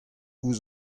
ouzh